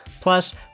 Plus